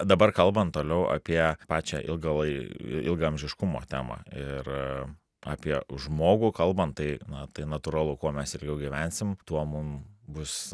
dabar kalbant toliau apie pačią ilgalai ilgaamžiškumo temą ir apie žmogų kalbant tai na tai natūralu kuo mes ilgiau gyvensim tuo mum bus